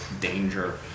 danger